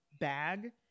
bag